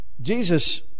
Jesus